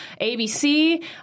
ABC